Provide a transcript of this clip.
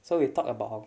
so we talked about